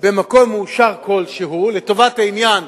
במקום מאושר כלשהו, לטובת העניין,